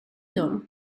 dem